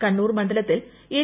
കണ്ണൂർ മണ്ഡലത്തിൽ എൻ